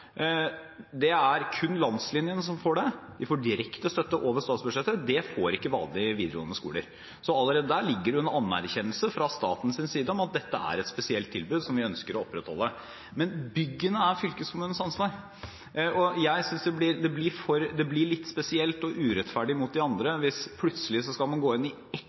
allerede der ligger det en anerkjennelse fra statens side om at dette er et spesielt tilbud, som vi ønsker å opprettholde. Men byggene er fylkeskommunens ansvar. Jeg synes det blir litt spesielt og urettferdig overfor de andre hvis man plutselig skal gå inn i ett